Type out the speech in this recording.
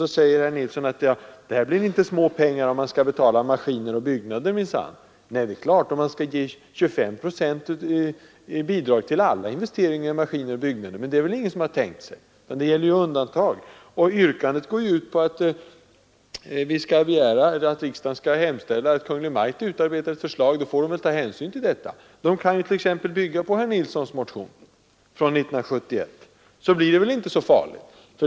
Så säger herr Nilsson i Växjö att det här blir minsann inte små pengar om man skall betala maskiner och byggnader. Nej, det är klart, om man skall ge 25 procent i bidrag till alla investeringar i maskiner och byggnader. Men det är det ingen som har tänkt sig — det gäller ju undantag. Yrkandet går ut på att riksdagen skall hemställa att Kungl. Maj:t utarbetar ett förslag, och då får Kungl. Maj:t ta hänsyn till detta. Man kan ju t.ex. bygga på herr Nilssons motion från 1971, så blir det väl inte så farligt.